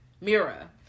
Mira